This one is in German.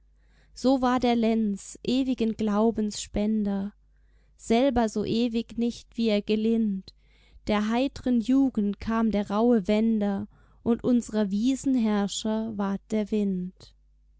so war der lenz ewigen glaubens spender selber so ewig nicht wie er gelind der heitren jugend kam der rauhe wender und unsrer wiesen herrscher ward der wind